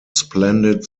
splendid